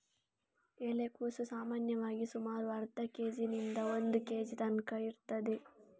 ಎಲೆಕೋಸು ಸಾಮಾನ್ಯವಾಗಿ ಸುಮಾರು ಅರ್ಧ ಕೇಜಿನಿಂದ ಒಂದು ಕೇಜಿ ತನ್ಕ ಇರ್ತದೆ